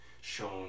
shown